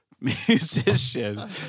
musician